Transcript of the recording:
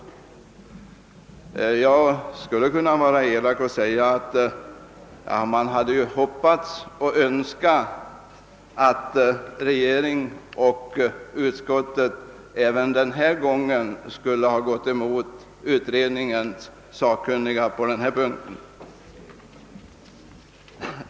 Jag skulle kunna vara elak och säga att man hade hoppats att regeringen och utskottet även denna gång skulle ha gått emot utredningens sakkunniga.